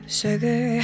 sugar